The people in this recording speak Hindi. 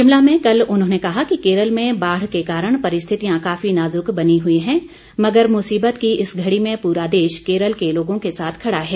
शिमला में कल उन्होंने कहा कि केरल में बाढ़ के कारण परिस्थितियां काफी नाजुक बनी हुई हैं मगर मुसीबत की इस घड़ी में पूरा देश केरल के लोगों के साथ खड़ा है